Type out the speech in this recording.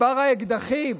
מספר האקדחים,